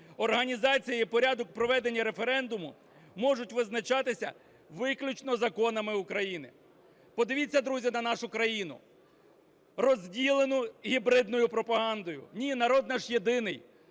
організація і порядок проведення референдуму можуть визначатися виключно законами України. Подивіться, друзі, на нашу країну, розділену гібридною пропагандою. Ні, народ наш єдиний,